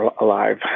alive